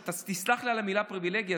תסלח לי על המילה "פריבילגיה",